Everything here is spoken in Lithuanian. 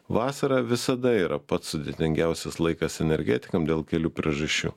vasara visada yra pats sudėtingiausias laikas energetikam dėl kelių priežasčių